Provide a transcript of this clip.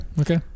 Okay